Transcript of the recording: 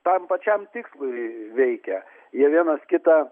tam pačiam tikslui veikia jie vienas kitą